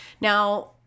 Now